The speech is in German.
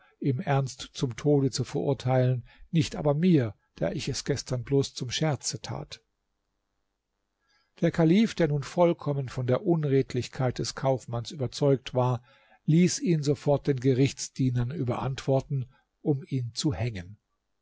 im ernst zum tode zu verurteilen nicht aber mir der ich es gestern bloß zum scherze tat der kalif der nun vollkommen von der unredlichkeit des kaufmanns überzeugt war ließ ihn sofort den gerichtsdienern überantworten um ihn zu hängen